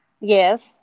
Yes